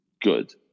good